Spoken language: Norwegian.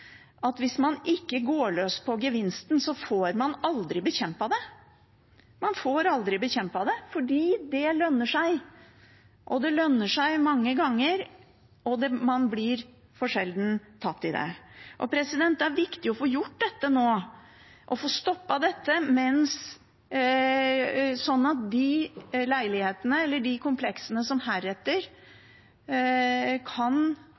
at hvis man ikke går løs på gevinsten, får man aldri bekjempet det. Man får aldri bekjempet det, for det lønner seg, det lønner seg mange ganger, og man blir tatt for sjelden. Det er viktig å få gjort dette nå, å få stoppet dette, slik at de leilighetene eller kompleksene heretter kan håndteres med forkjøpsrett, at de som